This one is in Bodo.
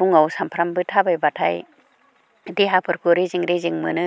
फुङाव सामफ्रामबो थाबाय ब्लाथाय देहाफोरखौ रेजें रेजें मोनो